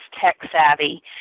tech-savvy